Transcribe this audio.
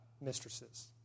mistresses